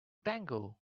tango